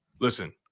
Listen